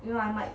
you know I might